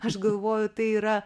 aš galvoju tai yra